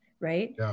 right